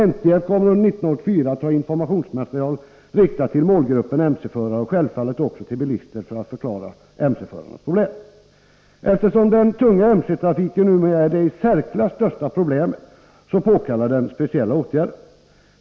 NTF kommer under 1984 att få informationsmaterial, som riktas till målgruppen MC-förare, och självfallet också till bilister, för att förklara MC-förarnas problem. Eftersom den tunga MC-trafiken numera är det i särklass största problemet, påkallar den speciella åtgärder.